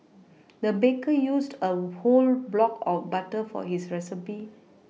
the baker used a whole block of butter for this recipe